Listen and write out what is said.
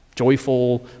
joyful